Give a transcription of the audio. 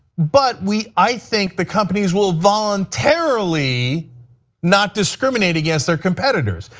but we, i think the companies will voluntarily not discriminate against their competitors.